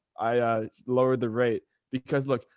i, lowered the rate because look,